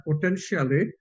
potentially